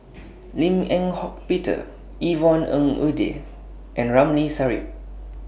Lim Eng Hock Peter Yvonne Ng Uhde and Ramli Sarip